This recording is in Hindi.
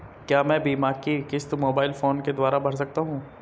क्या मैं बीमा की किश्त मोबाइल फोन के द्वारा भर सकता हूं?